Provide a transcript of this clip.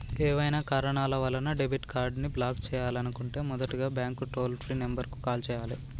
ఏవైనా కారణాల వలన డెబిట్ కార్డ్ని బ్లాక్ చేయాలనుకుంటే మొదటగా బ్యాంక్ టోల్ ఫ్రీ నెంబర్ కు కాల్ చేయాలే